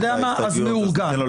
אתה יודע מה אז מאורגן,